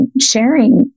sharing